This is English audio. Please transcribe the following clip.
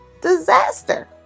disaster